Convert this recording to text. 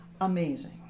Amazing